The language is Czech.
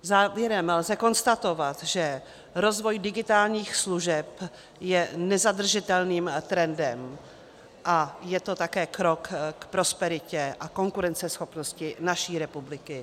Závěrem lze konstatovat, že rozvoj digitálních služeb je nezadržitelným trendem a je to také krok k prosperitě a konkurenceschopnosti naší republiky.